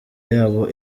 yabo